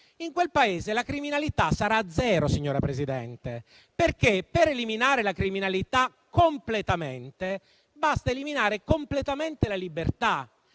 In quel Paese la criminalità sarà zero, signora Presidente, perché per eliminare completamente la criminalità basta eliminare completamente la libertà.